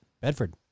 Bedford